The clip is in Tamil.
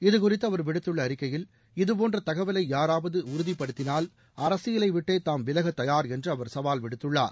இது குறித்து அவர் விடுத்துள்ள அறிக்கையில் இதுபோன்ற தகவலை யாராவது உறுதிப்படுத்தினால் அரசியலை விட்டே தாம் விலகத் தயார் என்று அவர் சவால் விடுத்துள்ளார்